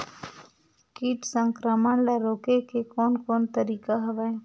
कीट संक्रमण ल रोके के कोन कोन तरीका हवय?